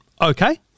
okay